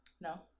No